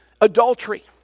Adultery